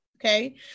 okay